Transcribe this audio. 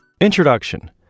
Introduction